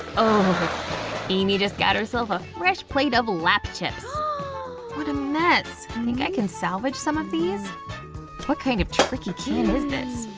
oh amy just got herself a fresh plate of lap chips what a mess i think i can salvage some of these what kind of tricky cane is this